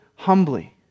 humbly